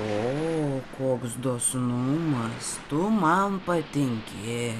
o koks dosnumas tu man patinki